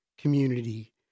community